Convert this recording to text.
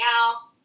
else